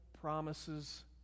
promises